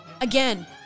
again